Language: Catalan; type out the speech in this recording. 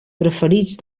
preferit